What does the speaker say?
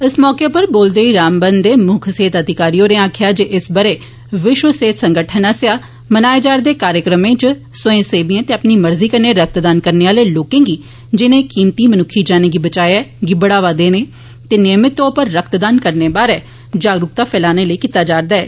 इस मौके उप्पर बोलदे होई रामबन दे मुक्ख सेहत अधिकारी होरें आक्खेआ जे इस ब'रे विश्व सेहत संगठन आस्सेआ मनाए जा'रदे कार्यक्रमें च स्वयंसेवियें ते अपनी मर्जी कन्नै रक्तदान करने आह्ले लोकें गी जिनें कीमती मनुक्खी जानें गी बचाया ते नियमित तौर उप्पर रक्तदान करना बारै जागरूकता फैलाने लेई कीता जा'रदा ऐ